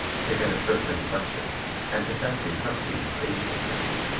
to get a certain inflection and to set the accompanying stage business.